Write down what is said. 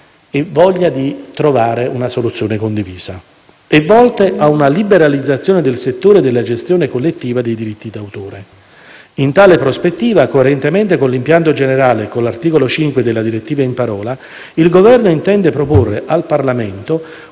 e voglia di trovare una soluzione condivisa - e volte a una liberalizzazione del settore della gestione collettiva dei diritti di autore. In tale prospettiva, coerentemente con l'impianto generale e con l'articolo 5 della direttiva in parola, il Governo intende proporre al Parlamento